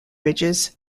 ridges